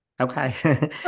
Okay